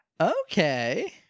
Okay